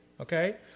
Okay